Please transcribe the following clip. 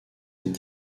cette